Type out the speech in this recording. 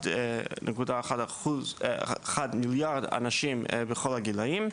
1 מיליארד אנשים בכל הגילאים.